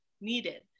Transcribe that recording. needed